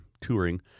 touring